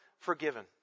Forgiven